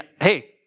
hey